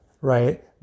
right